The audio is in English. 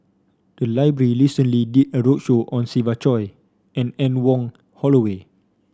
the library recently did a roadshow on Siva Choy and Anne Wong Holloway